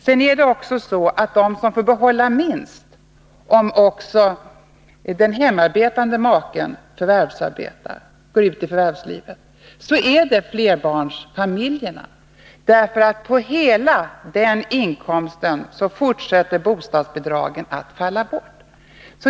Sedan är det också så att de som får behålla minst, om också den hemarbetande maken går ut i förvärvslivet, är flerbarnsfamiljerna, därför att bostadsbidraget till följd av den inkomsten fortsätter att falla bort.